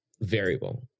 variable